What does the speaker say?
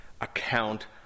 account